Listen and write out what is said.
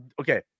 okay